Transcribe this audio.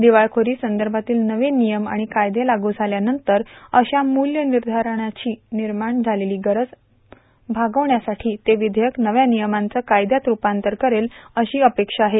दिवाळखोरी संदर्भातील नवे नियम आणि कायदे लागू झाल्यानंतर अशा मूल्यानिर्धारणांची निर्माण झालेली गरज भागवण्यासाठी ते विधेयक नव्या नियमांचं कायद्यात रूपांतर करेल अशी अपेक्षा आहे